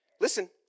listen